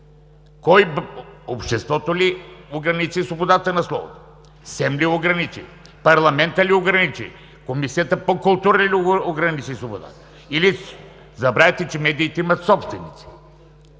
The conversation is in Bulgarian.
Кой – обществото ли ограничи свободата на словото, СЕМ ли я ограничи, парламентът ли я ограничи, Комисията по културата ли ограничи свободата? Забравяте, че медийте имат собственици.